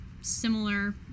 similar